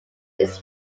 its